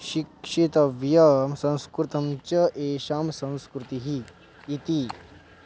शिक्षितव्याः संस्कृतं च एषा संस्कृतिः इति